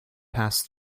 passed